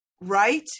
right